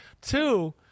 Two